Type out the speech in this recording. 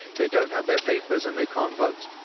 they don't have their papers and they can't vote.